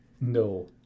No